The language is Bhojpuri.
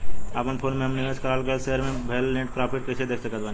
अपना फोन मे हम निवेश कराल गएल शेयर मे भएल नेट प्रॉफ़िट कइसे देख सकत बानी?